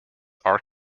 are